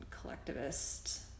collectivist